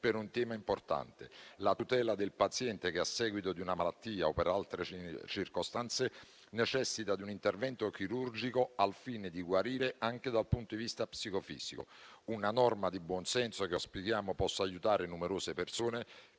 per un tema importante: la tutela del paziente che a seguito di una malattia o per altre circostanze necessita di un intervento chirurgico al fine di guarire anche dal punto di vista psicofisico, una norma di buonsenso che auspichiamo possa aiutare numerose persone.